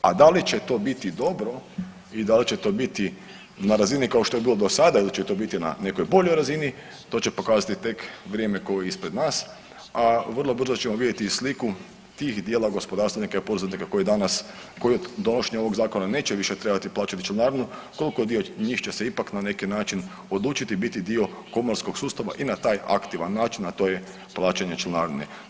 A da li će to biti dobro i da li će to biti na razni kao što je to bilo do sada ili će to biti na nekoj boljoj razini, to će pokazati tek vrijeme koje je ispred nas, a vrlo brzo ćemo vidjeti i sliku tih dijela gospodarstvenika i poduzetnika koji danas koji od donošenja ovog zakona neće više trebati plaćati članarinu koliki dio njih će se ipak na neki način odlučiti biti dio komorskog sustava i na taj aktivan način, a to je plaćanje članarine.